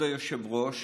היושב-ראש,